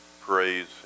praise